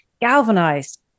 galvanized